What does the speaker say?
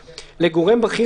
להתמודדות עם נגיף הקורונה (הוראת שעה)